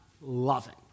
loving